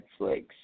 Netflix